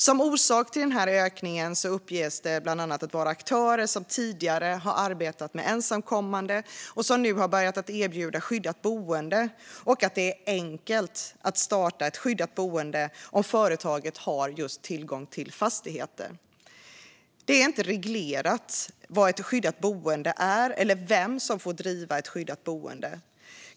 Som orsak till ökningen uppges bland annat att aktörer som tidigare arbetat med ensamkommande nu har börjat erbjuda skyddat boende och att det är enkelt att starta ett skyddat boende om företaget har tillgång till fastigheter. Det är inte reglerat vad ett skyddat boende är eller vem som får driva ett skyddat boende.